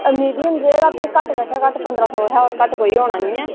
medium जेह्दा भी घट्ट कशा घट्ट पंदरां सौ शा होर घट्ट कोई होना निं ऐ